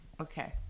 Okay